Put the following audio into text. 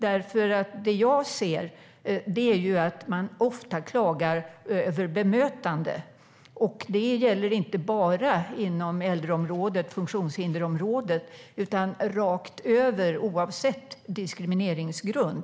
Det jag ser är att man ofta klagar över bemötande, och det gäller inte bara inom äldreområdet och funktionshindersområdet utan rakt över oavsett diskrimineringsgrund.